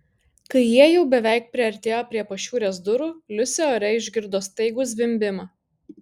kai jie jau beveik priartėjo prie pašiūrės durų liusė ore išgirdo staigų zvimbimą